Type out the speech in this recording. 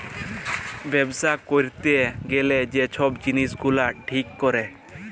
ব্যবছা ক্যইরতে গ্যালে যে ছব জিলিস গুলা ঠিক ক্যরে